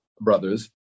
brothers